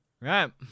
Right